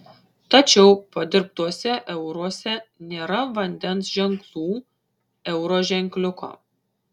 tačiau padirbtuose euruose nėra vandens ženklų euro ženkliuko